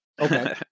Okay